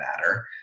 matter